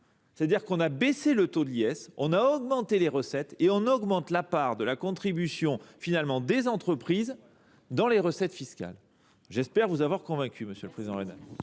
dit, en baissant le taux de l’IS, on a augmenté les recettes et on a augmenté la part de la contribution des entreprises dans les recettes fiscales. J’espère vous avoir convaincu, monsieur le président Raynal.